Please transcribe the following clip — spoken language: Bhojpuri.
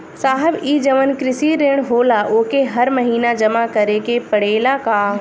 साहब ई जवन कृषि ऋण होला ओके हर महिना जमा करे के पणेला का?